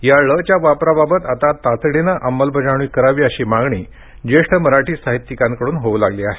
याळ च्या वापराबाबत आता तातडीनं अंमलबजावणी करावी अशी मागणी ज्येष्ठ मराठी साहित्यिकांकडून होऊ लागली आहे